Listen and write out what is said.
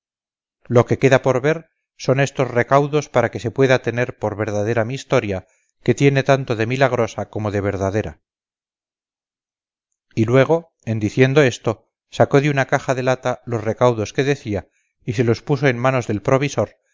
lo que queda por ver son estos recaudos para que se pueda tener por verdadera mi historia que tiene tanto de milagrosa como de verdadera y luego en diciendo esto sacó de una caja de lata los recaudos que decía y se los puso en manos del provisor